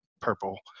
purple